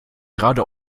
gerade